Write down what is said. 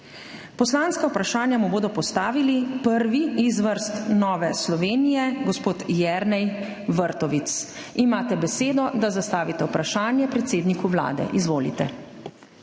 Poslanska vprašanja mu bodo postavili prvi iz vrst Nove Slovenije. Gospod Jernej Vrtovec, imate besedo, da zastavite vprašanje predsedniku Vlade, izvolite.